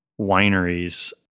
wineries